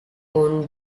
own